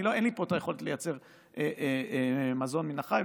אין לי פה את היכולת לייצר מזון מן החי,